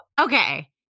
okay